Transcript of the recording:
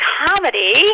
comedy